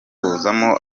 kuzamo